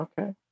Okay